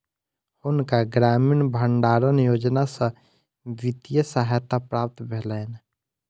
हुनका ग्रामीण भण्डारण योजना सॅ वित्तीय सहायता प्राप्त भेलैन